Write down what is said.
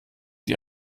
die